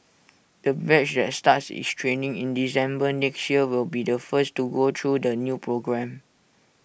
the batch that starts its training in December next year will be the first to go through the new programme